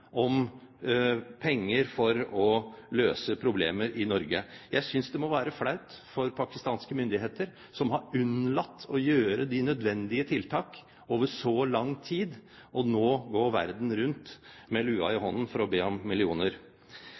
om penger for å løse problemer i Norge. Jeg synes det må være flaut for pakistanske myndigheter, som har unnlatt å gjøre de nødvendige tiltak over så lang tid, å gå verden rundt med lua i hånden for å be om millioner.